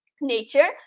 nature